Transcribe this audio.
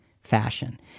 fashion